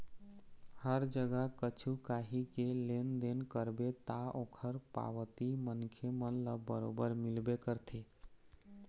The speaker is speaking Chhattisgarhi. हर जगा कछु काही के लेन देन करबे ता ओखर पावती मनखे मन ल बरोबर मिलबे करथे